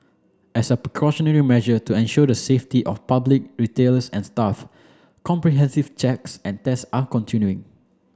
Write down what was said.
as a precautionary measure to ensure the safety of public retailers and staff comprehensive checks and test are continuing